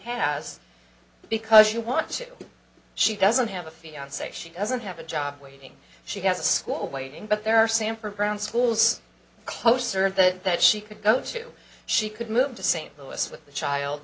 has because you want to she doesn't have a fiance she doesn't have a job waiting she has a school waiting but there are sanford brown schools closer and that that she could go to she could move to st louis